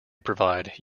provide